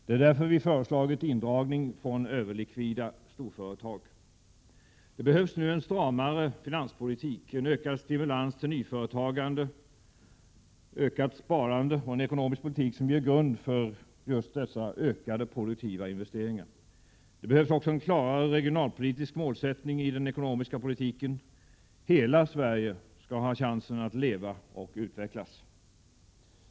Det är därför vi föreslagit indragning från överlikvida storföretag. Det behövs nu en stramare finanspolitik, en ökad stimulans till nyföretagande, ökat sparande och en ekonomisk politik som ger grund för ökade produktiva investeringar. Det behövs också en klarare regionalpolitisk målsättning i den ekonomiska politiken. Hela Sverige skall ha chansen att leva och utvecklas!